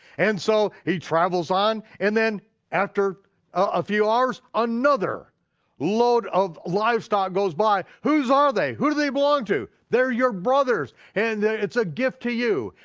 and so he travels on and then after a few hours, another load of livestock goes by. whose are they, who do they belong to? they're your brother's and it's a gift to you.